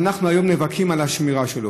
ואנחנו היום נאבקים על השמירה שלו.